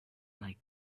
like